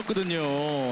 the new